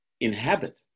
inhabit